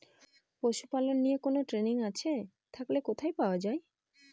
পশুপালন নিয়ে কোন ট্রেনিং আছে থাকলে কোথায় পাওয়া য়ায়?